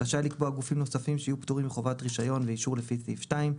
רשאי לקבוע גופים נוספים שיהיו פטורים מחובת רישיון ואישור לפי סעיף 2,